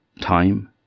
time